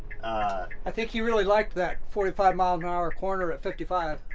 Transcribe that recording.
i think you really like that forty five miles an hour corner at fifty five.